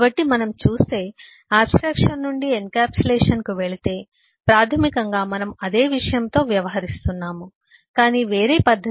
కాబట్టి మనం చూస్తే ఆబ్స్ట్రాక్షన్ నుండి ఎన్క్యాప్సులేషన్కు వెళితే ప్రాథమికంగా మనము అదే విషయంతో వ్యవహరిస్తున్నాము కాని వేరే పద్ధతిలో